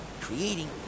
creating